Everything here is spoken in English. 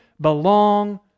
belong